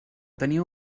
tenia